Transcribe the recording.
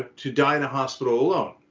to die in the hospital alone.